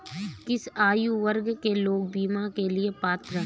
किस आयु वर्ग के लोग बीमा के लिए पात्र हैं?